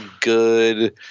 good